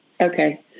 Okay